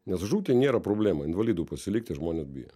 nes žūti nėra problemų invalidu pasilikti žmonės bijo